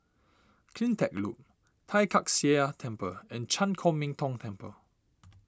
CleanTech Loop Tai Kak Seah Temple and Chan Chor Min Tong Temple